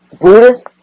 Buddhist